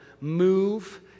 move